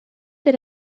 that